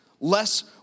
Less